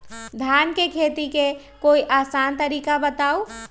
धान के खेती के कोई आसान तरिका बताउ?